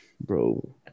Bro